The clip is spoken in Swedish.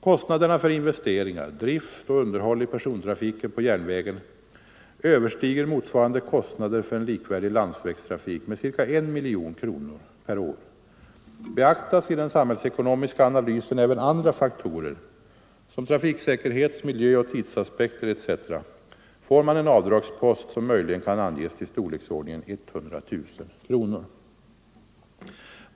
Kostnaderna för investeringar, drift och underhåll i per — järnvägstrafik, sontrafiken på järnvägen överstiger motsvarande kostnader för en lik m.m. värdig landsvägstrafik med ca 1 miljon kronor per år. Beaktas i den samhällsekonomiska analysen även andra faktorer, såsom trafiksäkerhets-, miljöoch tidsaspekter etc. får man en avdragspost, som möjligen kan anges till storleksordningen 100 000 kronor.